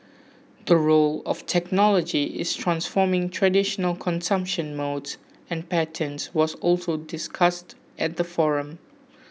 the role of technology in transforming traditional consumption modes and patterns was also discussed at the forum